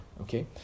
Okay